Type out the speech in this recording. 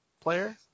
player